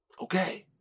Okay